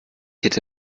hätte